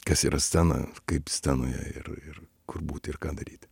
kas yra scena kaip scenoje ir ir kur būti ir ką daryti